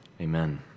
Amen